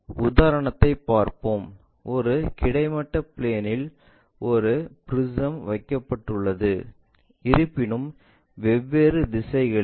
உதாரணத்தைப் பார்ப்போம் ஒரு கிடைமட்ட பிளேன்இல் ஒரு ப்ரிஸம் வைக்கப்பட்டுள்ளது இருப்பினும் வெவ்வேறு திசைகளில்